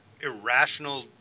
irrational